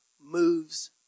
moves